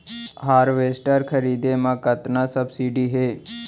Harvester खरीदे म कतना सब्सिडी हे?